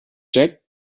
jack